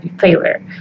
failure